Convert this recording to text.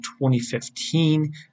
2015